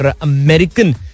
American